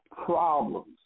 problems